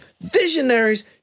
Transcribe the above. visionaries